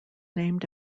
named